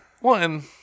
One